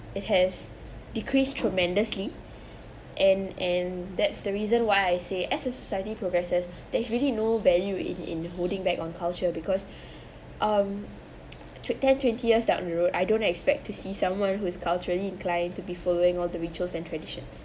it has decreased tremendously and and that's the reason why I say as a society progresses there really no value in in holding back on culture because um took ten twenty years down the road I don't expect to see someone who's culturally inclined to be following all the rituals and traditions